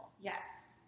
Yes